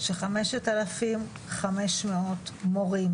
של חמשת אלפים חמש מאות מורים